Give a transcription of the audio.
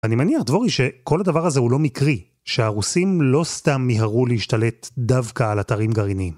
אני מניח, דבורי, שכל הדבר הזה הוא לא מקרי, שהרוסים לא סתם מיהרו להשתלט דווקא על אתרים גרעיניים.